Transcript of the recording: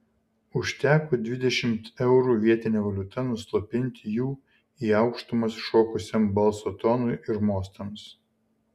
užteko dvidešimt eurų vietine valiuta nuslopinti jų į aukštumas šokusiam balso tonui ir mostams